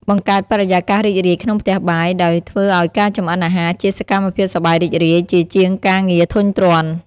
បង្កើតបរិយាកាសរីករាយក្នុងផ្ទះបាយ ដោយធ្វើឱ្យការចម្អិនអាហារជាសកម្មភាពសប្បាយរីករាយ ជាជាងការងារធុញទ្រាន់។